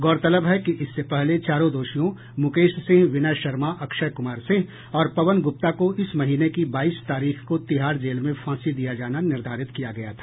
गौरतलब है कि इससे पहले चारों दोषियों मुकेश सिंह विनय शर्मा अक्षय कुमार सिंह और पवन ग्रप्ता को इस महीने की बाईस तारीख को तिहाड़ जेल में फांसी दिया जाना निर्धारित किया गया था